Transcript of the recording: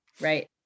right